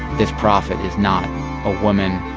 this prophet is not a woman,